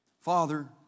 Father